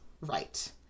Right